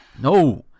No